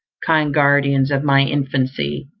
kind guardians of my infancy,